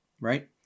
right